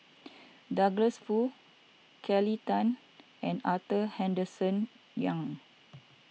Douglas Foo Kelly Tang and Arthur Henderson Young